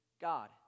God